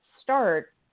start